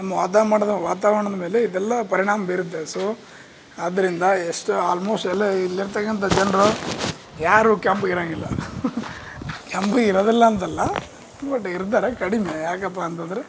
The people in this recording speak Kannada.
ನಮ್ಮ ವಾದ ಮಾಡ್ದವ್ರು ವಾತಾವರ್ಣದ ಮೇಲೆ ಇದೆಲ್ಲಾ ಪರಿಣಾಮ ಬೀರತ್ತೆ ಸೋ ಆದ್ದರಿಂದ ಎಷ್ಟು ಆಲ್ಮೋಸ್ಟ್ ಎಲ್ಲ ಇಲ್ಲಿರ್ತಕ್ಕಂಥ ಜನರು ಯಾರು ಕೆಂಪ್ಗೆ ಇರಂಗಿಲ್ಲ ಕೆಂಪ್ಗೆ ಇರೋದಿಲ್ಲ ಅಂತಲ್ಲ ಬಟ್ ಇರ್ತಾರ ಕಡಿಮೆ ಯಾಕಪ್ಪ ಅಂತಂದ್ರೆ